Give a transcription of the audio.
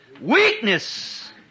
Weakness